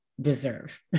deserve